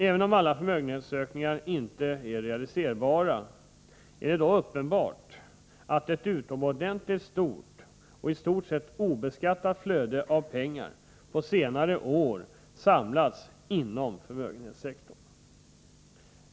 Även om alla förmögenhetsökningar inte är realiserbara är det dock uppenbart att ett utomordentligt stort och i stort sett obeskattat flöde av pengar på senare år samlats inom förmögenhetssektorn.